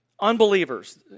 Unbelievers